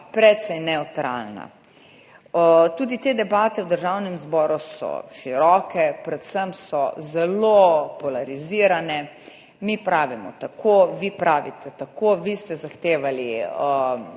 precej nevtralna. Tudi te debate v Državnem zboru so široke, predvsem so zelo polarizirane, mi pravimo tako, vi pravite tako. Vi ste zahtevali